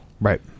right